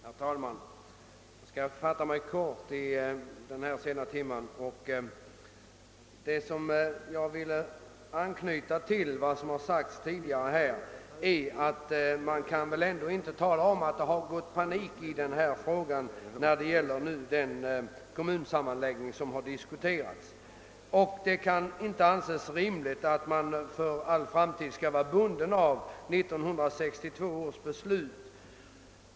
Herr talman! Jag skall fatta mig kort i denna sena timme. Man kan väl ändå inte, herr Persson i Heden, tala om att det gått panik i denna fråga om kommunsammanläggningen. Det kan inte anses rimligt att man för all framtid skall vara bunden av 1962 års beslut.